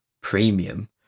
premium